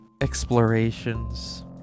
explorations